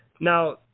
Now